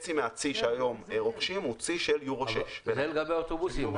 חצי מהצי שהיום רוכשים הוא צי של יורו 6. זה לגבי אוטובוסים,